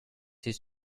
his